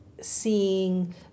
seeing